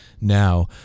now